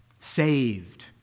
Saved